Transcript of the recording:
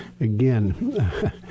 again